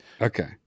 okay